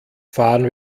fahren